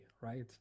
right